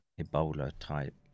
Ebola-type